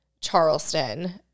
Charleston